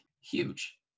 huge